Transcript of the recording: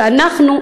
ואנחנו,